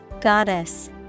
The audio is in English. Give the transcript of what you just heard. Goddess